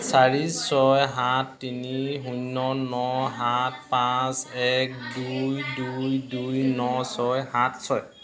চাৰি ছয় সাত তিনি শূন্য ন সাত পাঁচ এক দুই দুই দুই ন ছয় সাত ছয়